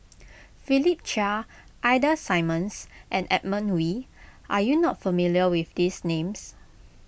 Philip Chia Ida Simmons and Edmund Wee are you not familiar with these names